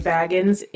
Baggins